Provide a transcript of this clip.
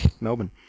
Melbourne